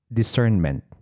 discernment